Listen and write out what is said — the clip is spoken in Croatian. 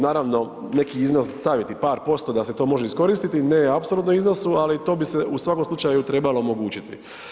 Naravno, neki iznos staviti par posto da se to može iskoristiti, ne u apsolutnom iznosu, ali to bi se u svakom slučaju trebalo omogućiti.